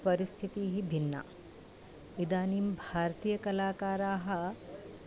परिस्थितिः भिन्ना इदानीं भारतीयकलाकाराः